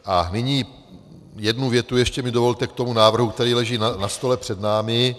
A nyní jednu větu ještě mi dovolte k tomu návrhu, který leží na stole před námi.